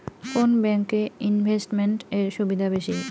কোন ব্যাংক এ ইনভেস্টমেন্ট এর সুবিধা বেশি?